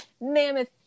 mammoth